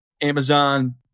Amazon